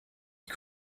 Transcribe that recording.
die